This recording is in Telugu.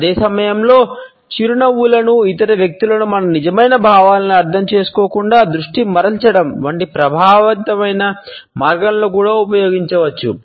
అదే సమయంలో చిరునవ్వులను ఇతర వ్యక్తులను మన నిజమైన భావాలను అర్థం చేసుకోకుండా దృష్టి మరల్చడం వంటి ప్రభావవంతమైన మార్గంలో కూడా ఉపయోగించవచ్చు